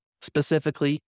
specifically